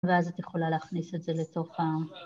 ואז את יכולה להכניס את זה לתוך ה...